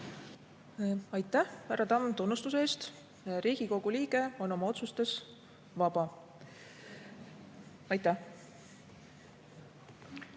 Aitäh, härra Tamm, tunnustuse eest! Riigikogu liige on oma otsustes vaba. Aitäh,